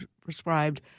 prescribed